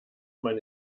man